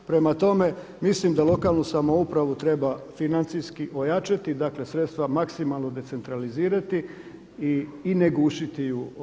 Prema tome, mislim da lokalnu samoupravu treba financijski ojačati, dakle sredstva maksimalno decentralizirati i ne gušiti ju.